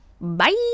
bye